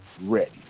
ready